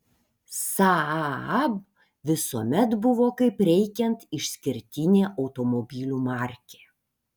saab visuomet buvo kaip reikiant išskirtinė automobilių markė